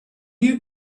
you